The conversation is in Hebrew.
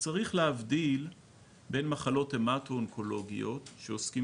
צריך להבדיל בין מחלות המטואונקולוגיות שעוסקים